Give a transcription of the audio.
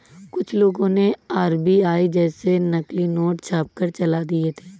कुछ लोगों ने आर.बी.आई जैसे नकली नोट छापकर चला दिए थे